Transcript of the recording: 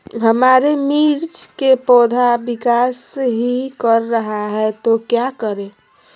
हमारे मिर्च कि पौधा विकास ही कर रहा है तो क्या करे?